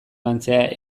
lantzea